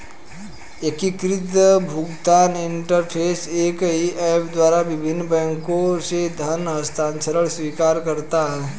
एकीकृत भुगतान इंटरफ़ेस एक ही ऐप द्वारा विभिन्न बैंकों से धन हस्तांतरण स्वीकार करता है